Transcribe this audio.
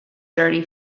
dirty